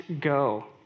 go